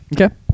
Okay